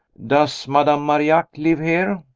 does madame marillac live here?